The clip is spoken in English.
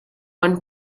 one